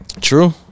True